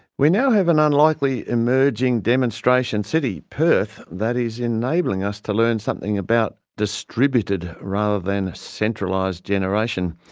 we now have an unlikely emerging demonstration city, perth, that is enabling us to learn something about distributed, rather than centralised, generation.